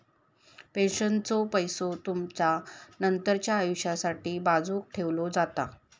पेन्शनचो पैसो तुमचा नंतरच्या आयुष्यासाठी बाजूक ठेवलो जाता